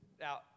Now